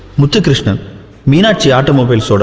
but meenakshi automobiles. sort of